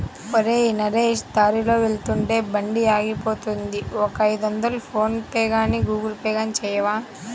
ఒరేయ్ నరేష్ దారిలో వెళ్తుంటే బండి ఆగిపోయింది ఒక ఐదొందలు ఫోన్ పేగానీ గూగుల్ పే గానీ చేయవా